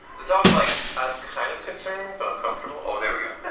the dog's like, i'm kind of concerned, but i'm comfortable oh, there we go. but